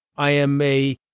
i am a.